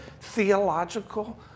theological